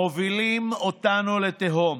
מובילים אותנו לתהום.